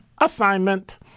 assignment